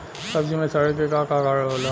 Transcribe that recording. सब्जी में सड़े के का कारण होला?